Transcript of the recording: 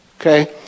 Okay